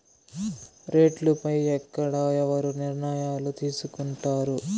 రేట్లు పై ఎక్కడ ఎవరు నిర్ణయాలు తీసుకొంటారు?